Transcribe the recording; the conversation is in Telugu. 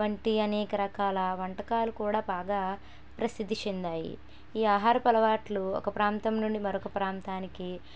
వంటి అనేక రకాల వంటకాలు కూడా బాగా ప్రసిద్ది చెందాయి ఈ ఆహారపు అలవాట్లు ఒక ప్రాంతం నుండి మరొక ప్రాంతానికి